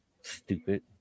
stupid